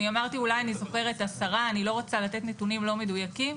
אולי אני זוכרת 10. אני לא רוצה לתת נתונים לא מדויקים.